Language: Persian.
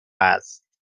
است